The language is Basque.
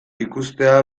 ikustea